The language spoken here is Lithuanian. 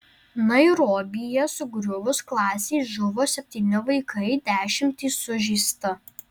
nairobyje sugriuvus klasei žuvo septyni vaikai dešimtys sužeista